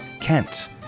Kent